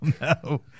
no